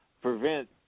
prevent